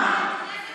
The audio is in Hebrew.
לא,